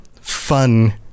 fun